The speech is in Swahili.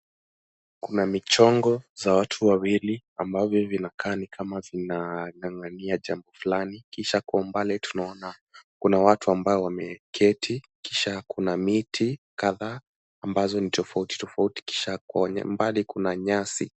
Kuna michongo ya watu wawili, ambayo inakaa nikama inang'ang'ania jambo fulani, kisha kwa umbali tunaona kuna watu ambao wameketi, kisha kuna miti kadhaa, ambazo ni tofauti tofauti kisha kwa umbali kuna nyasi.